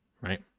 right